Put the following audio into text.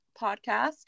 podcast